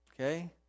Okay